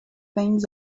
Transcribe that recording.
things